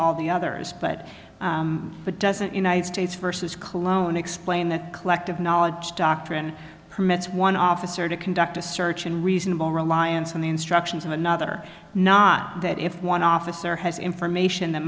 all the others but it doesn't united states versus cologne explained that collective knowledge doctrine permits one officer to conduct a search in reasonable reliance on the instructions of another not that if one officer has information that